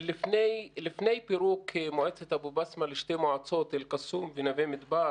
לפני פירוק מועצת אבו בסמה לשתי מועצות אל קסום ונווה מדבר